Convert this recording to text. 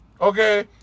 Okay